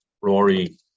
Rory